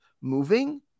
moving